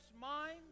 mind